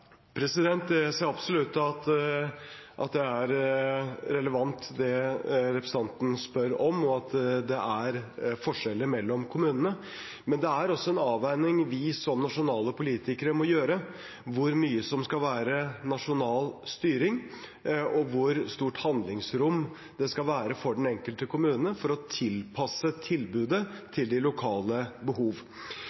Jeg ser absolutt at det er relevant, det representanten spør om, og at det er forskjeller mellom kommunene. Men det er også en avveining vi som nasjonale politikere må gjøre: Hvor mye skal være nasjonal styring, og hvor stort handlingsrom skal det være for den enkelte kommune for å tilpasse tilbudet